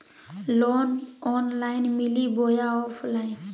Loan online मिली बोया offline?